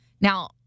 Now